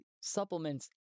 supplements